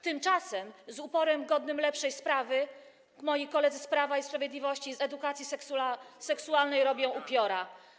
Tymczasem z uporem godnym lepszej sprawy moi koledzy z Prawa i Sprawiedliwości z edukacji seksualnej robią upiora.